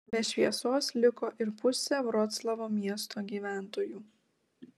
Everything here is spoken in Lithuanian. be šviesos liko ir pusė vroclavo miesto gyventojų